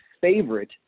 favorite